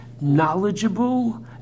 knowledgeable